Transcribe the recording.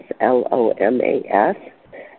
L-O-M-A-S